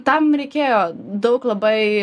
tam reikėjo daug labai